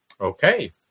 Okay